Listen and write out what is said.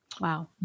Wow